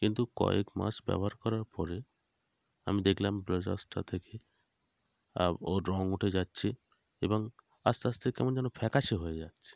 কিন্তু কয়েক মাস ব্যবহার করার পরে আমি দেখলাম ব্লেজারটা থেকে ওর রং উঠে যাচ্ছে এবং আস্তে আস্তে কেমন যেন ফ্যাকাশে হয়ে যাচ্ছে